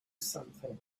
something